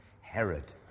Herod